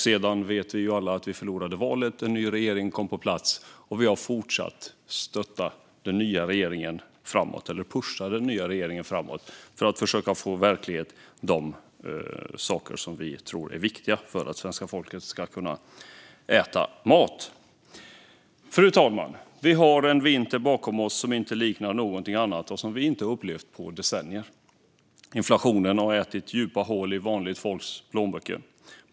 Sedan vet vi ju alla att vi förlorade valet och att en ny regering kom på plats. Vi har fortsatt att stötta den nya regeringen, eller pusha den framåt, för att försöka göra verklighet av de saker som vi tror är viktiga för att svenska folket ska kunna äta mat. Fru talman! Vi har en vinter bakom oss som inte liknar någonting annat och som vi inte har upplevt på decennier. Inflationen har ätit djupa hål i vanligt folks plånböcker.